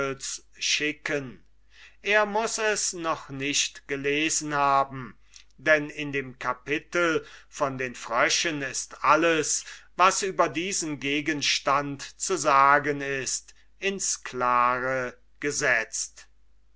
er muß es noch nicht gelesen haben denn in dem kapitel von den fröschen ist alles was über diesen gegenstand zu sagen ist ins klare gesetzt